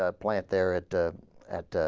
ah plant there at the at ah.